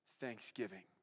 Thanksgiving